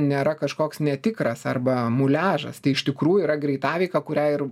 nėra kažkoks netikras arba muliažas tai iš tikrųjų yra greitaveika kurią ir